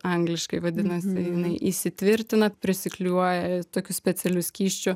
angliškai vadinasi jinai įsitvirtina prisiklijuoja tokiu specialiu skysčiu